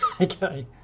Okay